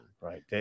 right